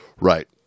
right